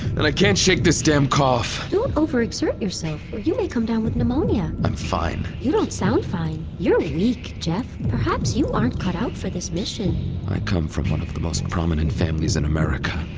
and i can't shake this damn cough! don't over exert yourself, or you may come down with pneumonia i'm fine you don't sound fine. you're weak, geoff. perhaps you aren't cut out for this mission i come from one of the most prominent families in america.